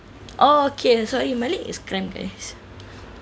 okay sorry my leg is cramp guys